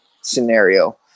scenario